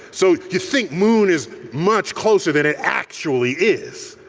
so you think moon is much closer than it actually is.